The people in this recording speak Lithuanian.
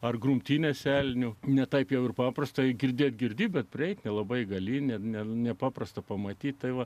ar grumtynėse elnių ne taip jau ir paprastai girdėt girdi bet prieiti nelabai gali net ne nepaprasta pamatyti tai va